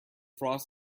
frost